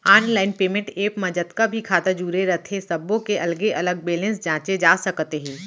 online payment app म जतका भी खाता जुरे रथे सब्बो के अलगे अलगे बेलेंस जांचे जा सकत हे